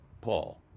Paul